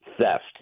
theft